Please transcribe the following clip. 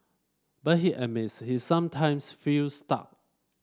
but he admits he sometimes feels stuck